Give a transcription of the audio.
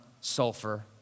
sulfur